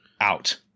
out